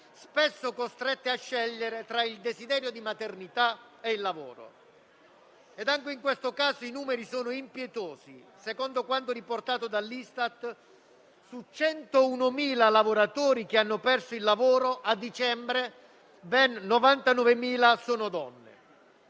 spesso costrette a scegliere tra il desiderio di maternità e il lavoro. Anche in questo caso i numeri sono impietosi: secondo quanto riportato dall'Istat, su 101.000 lavoratori che hanno perso il lavoro a dicembre, ben 99.000 sono donne.